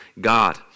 God